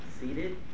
seated